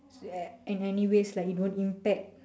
so and anyways it won't impact